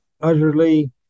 utterly